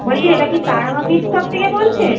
বলছি এটা কি তারা মা মিট শপ থেকে বলছেন